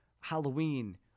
Halloween